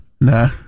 Nah